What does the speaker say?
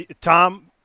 Tom